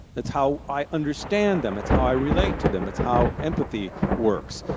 it's how i understand them, it's how i relate to them, it's how empathy works.